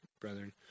brethren